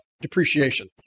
depreciation